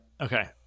Okay